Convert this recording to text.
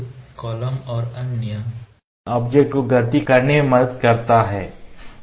जो कॉलम और विभिन्न अन्य ऑब्जेक्ट को गति करने में करने में मदद करता है